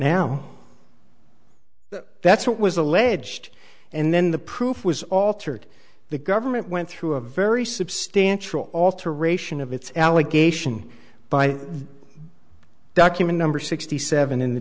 now that's what was alleged and then the proof was altered the government went through a very substantial alteration of its allegation by document number sixty seven in the